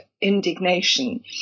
indignation